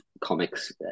comics